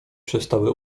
przestały